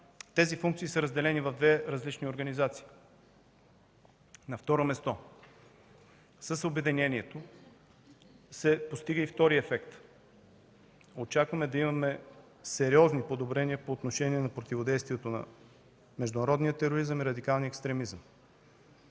тези функции са разделени в две различни организации. На второ място, с обединението се постига и вторият ефект – очакваме да имаме сериозни подобрения по отношение на противодействието на международния тероризъм и радикалния екстремизъм.